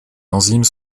enzymes